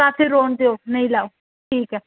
आखो रौह्देओ नेईं लैओ